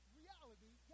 reality